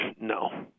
No